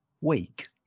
week